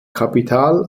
kapital